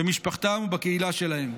במשפחתם ובקהילה שלהם.